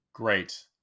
Great